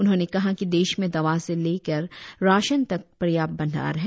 उन्होंने कहा कि देश में दवा से ले करके राशन तक पर्याप्त भंडार है